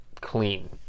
clean